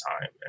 time